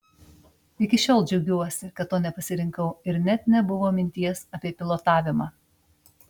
iki šiol džiaugiuosi kad to nepasirinkau ir net nebuvo minties apie pilotavimą